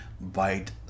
bite